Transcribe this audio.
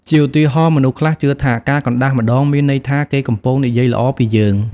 ជាឧទាហរណ៍ មនុស្សខ្លះជឿថា ការកណ្តាស់ម្ដងមានន័យថា គេកំពុងនិយាយល្អពីយើង។